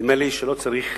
נדמה לי שלא צריך